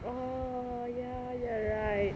oh ya you are right